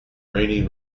rainy